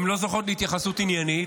הן לא זוכות להתייחסות עניינית,